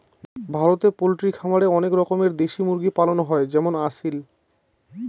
ভারতে পোল্ট্রি খামারে অনেক রকমের দেশি মুরগি পালন হয় যেমন আসিল